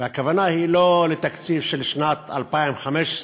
והכוונה היא לא לתקציב של שנת 2015,